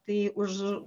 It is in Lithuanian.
tai už